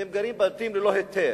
הם גרים בבתים ללא היתר,